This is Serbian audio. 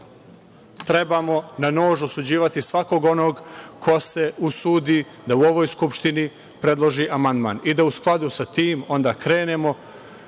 trebamo na nož osuđivati svakog onog ko se usudi da u ovoj Skupštini predloži amandman i da u skladu sa tim onda krenemo